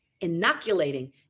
inoculating